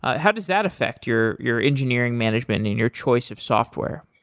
ah how does that affect your your engineering management in your choice of software?